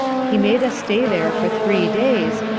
he made a stay there for three days,